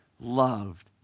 loved